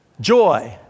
joy